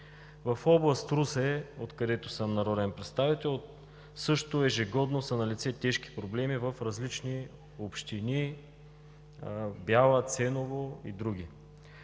В област Русе, откъдето съм народен представител, също ежегодно са налице тежки проблеми в различни общини – Бяла, Ценово и други.